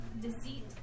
deceit